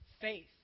Faith